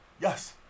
Yes